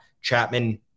Chapman